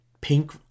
Pink